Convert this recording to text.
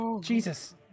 Jesus